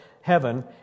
heaven